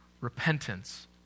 repentance